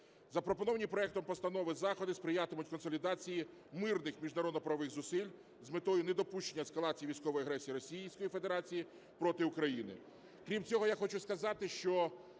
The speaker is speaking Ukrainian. Запропоновані проектом постанови заходи сприятимуть консолідації мирних міжнародно-правових зусиль з метою недопущення ескалації військової агресії Російської Федерації проти України.